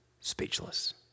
speechless